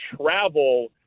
travel